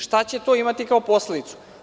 Šta će to imati kao posledicu?